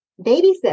babysit